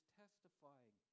testifying